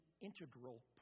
integral